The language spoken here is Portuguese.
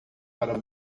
para